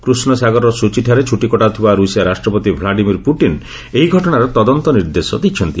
କୃଷ୍ଣସାଗରର ସୋଚିଠାରେ ଛୁଟି କଟାଉଥିବା ରୁଷିଆ ରାଷ୍ଟ୍ରପତି ଭ୍ଲାଡିମିର୍ ପୁଟିନ୍ ଏହି ଘଟଣାର ତଦନ୍ତ ନିର୍ଦ୍ଦେଶ ଦେଇଛନ୍ତି